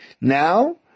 Now